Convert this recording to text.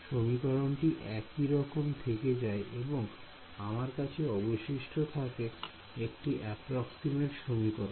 সমীকরণটি একই রকম থেকে যায় এবং আমার কাছে অবশিষ্ট থাকে একটি অ্যাপ্রক্সিমেট সমীকরণ